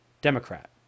Democrat